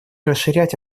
расширять